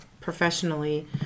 professionally